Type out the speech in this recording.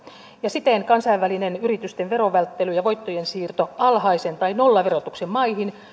ja siten kansainvälinen yritysten verovälttely ja voittojen siirto alhaisen tai nollaverotuksen maihin